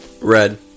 red